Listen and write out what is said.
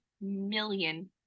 million